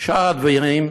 שאר הדברים,